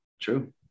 True